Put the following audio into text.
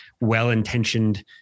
well-intentioned